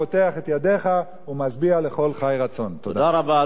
"פותח את ידיך ומשביע לכל חי רצון." תודה רבה.